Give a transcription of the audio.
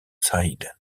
saïd